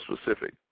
specific